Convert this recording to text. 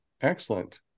Excellent